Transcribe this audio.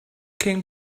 king